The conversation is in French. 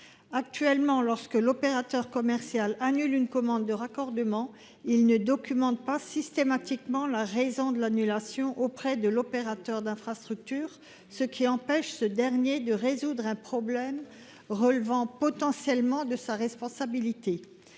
Actuellement, dans un tel cas de figure, l'opérateur commercial ne documente pas systématiquement la raison de l'annulation auprès de l'opérateur d'infrastructure, ce qui empêche ce dernier de résoudre un problème relevant potentiellement de sa responsabilité.